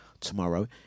tomorrow